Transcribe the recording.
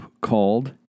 called